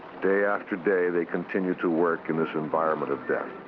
day after day, they continue to work in this environment of death.